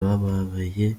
bababaye